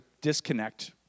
disconnect